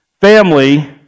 family